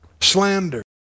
slander